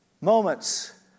moments